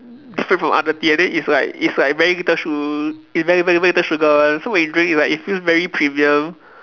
different from other tea and then it's like it's like very little su~ it's very very very little sugar one so when you drink it's like it feels very premium